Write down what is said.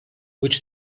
which